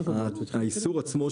האיסור עצמו,